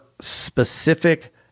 specific